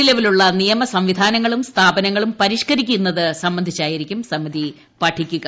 നിലവിലുള്ള നിയമ സംവിധാനങ്ങളും സ്ഥാപനങ്ങളും പരിഷ്ക്കരിക്കുന്നത് സംബന്ധിച്ചായിരിക്കും സമിതി പഠിക്കുക